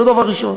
זה דבר ראשון.